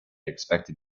expected